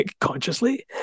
consciously